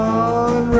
on